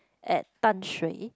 at Dan-Shui